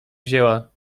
wzięła